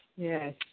Yes